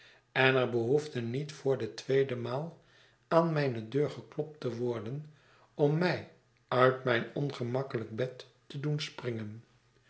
en er behoefde niet voor de tweede rnaal aan mijne deur geklopt te worden om mij uit mijn ongemakkelyk bed te doen springen